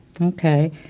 okay